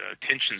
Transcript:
tensions